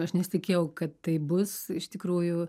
aš nesitikėjau kad tai bus iš tikrųjų